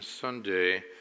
Sunday